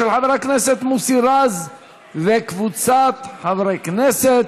של חבר הכנסת מוסי רז וקבוצת חברי הכנסת.